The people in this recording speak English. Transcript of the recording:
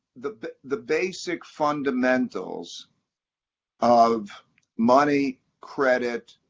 the the basic fundamentals of money credit